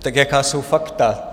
Tak jaká jsou fakta?